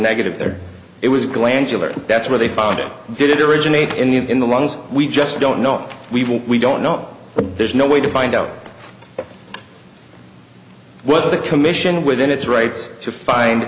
negative there it was glandular that's where they found it didn't originate in the lungs we just don't know we don't know but there's no way to find out whether the commission within its rights to find